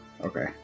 Okay